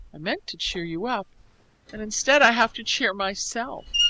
i meant to cheer you up and instead i have to cheer myself.